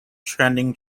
trending